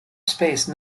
space